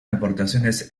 aportaciones